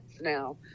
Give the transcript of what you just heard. now